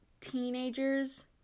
teenagers